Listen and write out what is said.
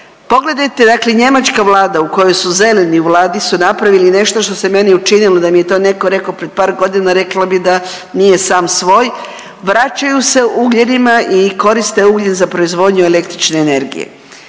Pogledajte dakle njemačka vlada u kojoj su zeleni u vladi su napravili nešto što se meni učinilo da mi je to netko rekao prije par godina rekla bi nije sam svoj. Vraćaju se ugljenima i koriste ugljen za proizvodnju električne energije.